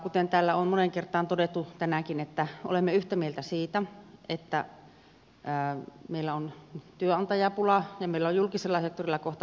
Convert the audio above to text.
kuten täällä on moneen kertaan todettu tänäänkin olemme yhtä mieltä siitä että meillä on työnantajapula ja meillä on julkisella sektorilla kohta palkanmaksajapula